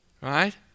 right